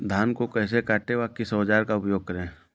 धान को कैसे काटे व किस औजार का उपयोग करें?